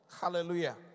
Hallelujah